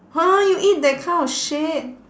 !huh! you eat that kind of shit